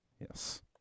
Yes